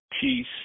Peace